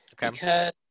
because-